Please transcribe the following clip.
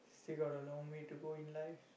still got a long way to go in life